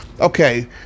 Okay